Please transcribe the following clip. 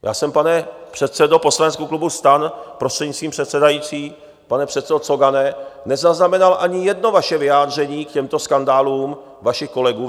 Já jsem, pane předsedo poslaneckého klubu STAN, prostřednictvím předsedající, pane předsedo Cogane, nezaznamenal ani jedno vaše vyjádření k těmto skandálům vašich kolegů.